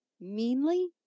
meanly